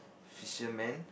fisherman